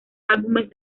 álbumes